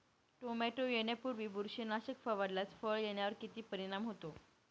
Tomato येण्यापूर्वी बुरशीनाशक फवारल्यास फळ येण्यावर किती परिणाम होतो?